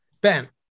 Ben